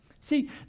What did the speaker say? See